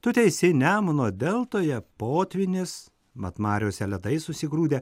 tu teisi nemuno deltoje potvynis mat mariose ledai susigrūdę